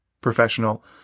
professional